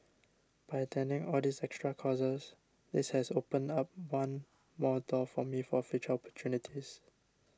by attending all these extra courses this has opened up one more door for me for future opportunities